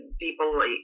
people